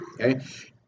okay